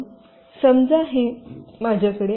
समजा हे माझ्याकडे आहे